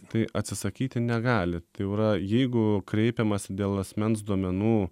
tai atsisakyti negali tai yra jeigu kreipiamasi dėl asmens duomenų